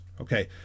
Okay